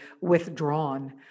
withdrawn